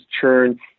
churn